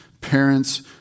parents